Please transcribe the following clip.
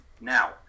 now